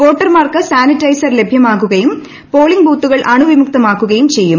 വോട്ടർമാർക്ക് സാനിറ്റൈസർ ലഭൃമാക്കുകയും പോളിങ് ബൂത്തുകൾ അണുവിമുക്തമാക്കുകയും ചെയ്യും